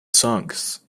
songs